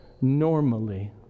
normally